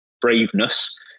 braveness